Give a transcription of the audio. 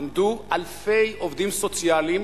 עמדו אלפי עובדים סוציאליים,